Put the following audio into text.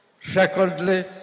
Secondly